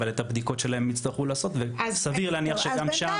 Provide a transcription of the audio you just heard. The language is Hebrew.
אבל את הבדיקות שלהם הם יצטרכו לעשות וסביר להניח שגם שם יהיה עומס.